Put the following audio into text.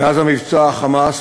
מאז המבצע ה"חמאס"